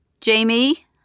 Jamie